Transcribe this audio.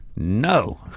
no